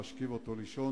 להשכיב אותו לישון,